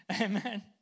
Amen